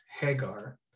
Hagar